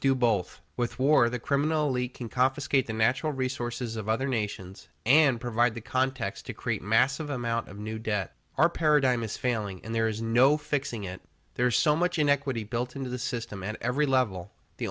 do both with war the criminally can confiscate the natural resources of other nations and provide the context to create massive amount of new debt our paradigm is failing and there is no fixing it there's so much inequity built into the system at every level the